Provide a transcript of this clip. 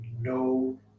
no